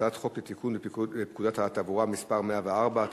הצעת חוק לתיקון פקודת התעבורה (מס' 104),